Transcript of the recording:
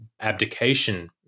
abdication